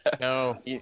No